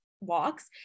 walks